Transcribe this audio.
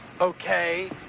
Okay